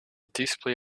display